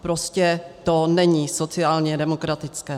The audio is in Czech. Prostě to není sociálně demokratické.